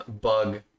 bug